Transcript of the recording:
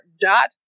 dot